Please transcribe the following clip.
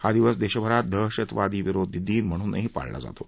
हा दिवस देशभरात दहशतवादी विरोधी दिन म्हणूनही पाळला जातो